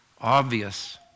obvious